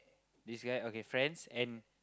this guy okay friends and